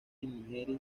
nigeria